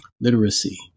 literacy